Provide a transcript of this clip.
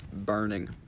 burning